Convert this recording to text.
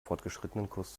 fortgeschrittenenkurs